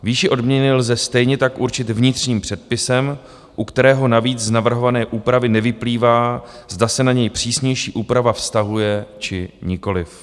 Výši odměny lze stejně tak určit vnitřním předpisem, u kterého navíc z navrhované úpravy nevyplývá, zda se na něj přísnější úprava vztahuje, či nikoliv.